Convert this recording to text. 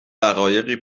دقایقی